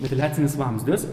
izoliacinis vamzdis